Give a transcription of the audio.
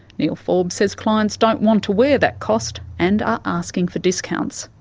neil forbes says clients don't want to wear that cost, and are asking for discounts.